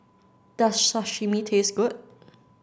does Sashimi taste good